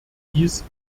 dies